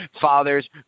fathers